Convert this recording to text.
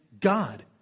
God